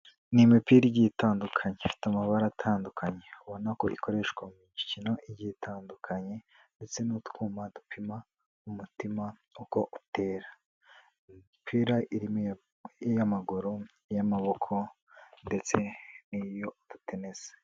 Ni imipira igiye itandukanye, ifite amabara atandukanye ubona ko ikoreshwa mu mikino igiye itandukanye, ndetse n'utwuma dupima umutima uko utera, imipira irimo iy'amaguru, iy'amaboko ndetse n'iy'utudenesi.